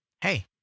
hey